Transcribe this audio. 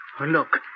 look